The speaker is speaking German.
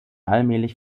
allmählich